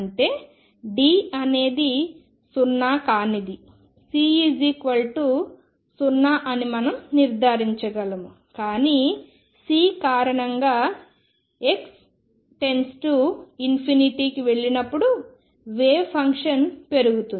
అంటే D అనేది సున్నా కానిది C0 అని మనం నిర్ధారించగలము కానీ C కారణంగా x→ ∞కి వెళ్ళినప్పుడు వేవ్ ఫంక్షన్ పెరుగుతుంది